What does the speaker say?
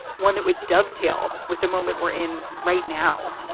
one that would dovetail with the moment we're in right now.